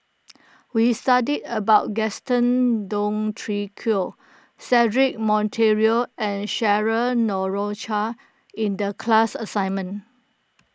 we studied about Gaston Dutronquoy Cedric Monteiro and Cheryl Noronha in the class assignment